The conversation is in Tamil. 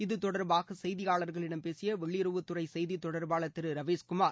இது தொடர்பாக செய்தியாளர்களிடம் பேசிய வெளியுறவுத்துறை செய்தித் தொடர்பாளர் திரு ரவீஷ்குமார்